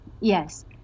yes